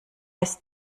ist